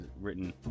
written